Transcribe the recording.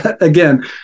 again